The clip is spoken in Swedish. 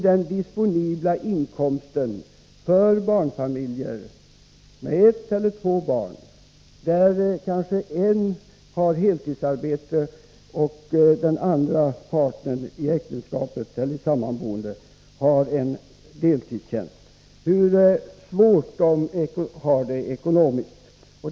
Den disponibla inkomsten för barnfamiljer med ett eller två barn, där den ena parten i äktenskapet eller samboendeförhållandet har heltidsarbete och den andra kanske har en deltidstjänst, är så låg att de har det mycket svårt ekonomiskt.